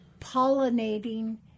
pollinating